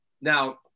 Now